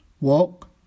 walk